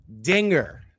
dinger